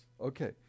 Okay